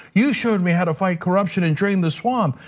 you showed me how to fight corruption and drain the swamp,